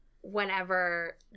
whenever